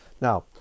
Now